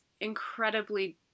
incredibly